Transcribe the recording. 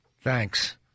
Thanks